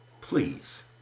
please